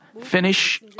finish